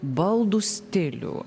baldų stilių